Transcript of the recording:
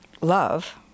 love